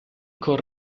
col